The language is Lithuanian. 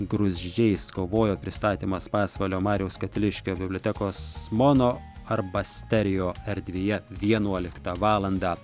gruzdžiais kovojo pristatymas pasvalio mariaus katiliškio bibliotekos mono arba stereo erdvėje vienuoliktą valandą